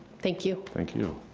thank you. thank you.